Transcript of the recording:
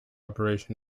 operation